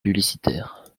publicitaires